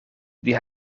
die